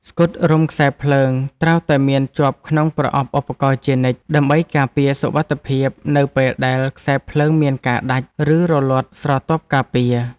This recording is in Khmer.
ស្កុតរុំខ្សែភ្លើងត្រូវតែមានជាប់ក្នុងប្រអប់ឧបករណ៍ជានិច្ច ដើម្បីការពារសុវត្ថិភាពនៅពេលដែលខ្សែភ្លើងមានការដាច់ ឬរលាត់ស្រទាប់ការពារ។